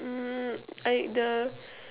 mm I the